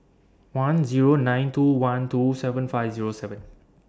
one Zero nine two one two seven five Zero seven